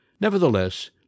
Nevertheless